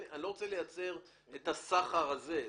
אני לא רוצה לייצר את הסחר הזה.